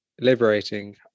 liberating